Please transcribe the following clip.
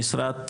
המשרד השקיע,